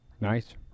Nice